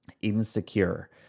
insecure